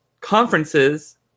conferences